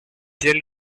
jill